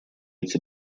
эти